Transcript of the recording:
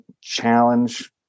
challenge